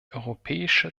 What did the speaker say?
europäische